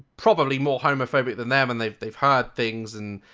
probably more homophobic than them and they've they've heard things and.